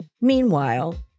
Meanwhile